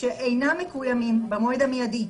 שאינם מקוימים במועד המידי.